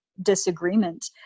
disagreement